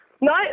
No